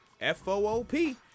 f-o-o-p